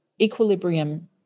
equilibrium